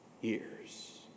years